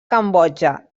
cambodja